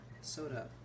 soda